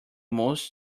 most